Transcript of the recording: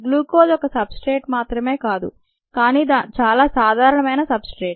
glucose ఒక substrate మాత్రమే కాదు కాని చాలా సాధారణమైన సబ్ స్ట్రేట్